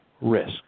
risk